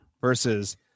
versus